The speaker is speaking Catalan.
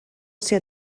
ser